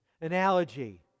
analogy